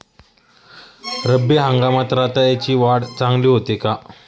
रब्बी हंगामात रताळ्याची वाढ चांगली होते का?